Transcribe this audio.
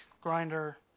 grinder